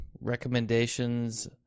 recommendations